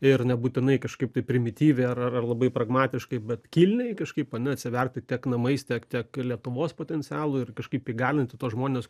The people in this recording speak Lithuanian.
ir nebūtinai kažkaip tai primityviai ar ar labai pragmatiškai bet kilniai kažkaip o ne atsiverti tiek namais tiek tiek lietuvos potencialu ir kažkaip įgalinti tuos žmones